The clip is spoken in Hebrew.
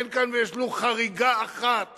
אין כאן ולו חריגה אחת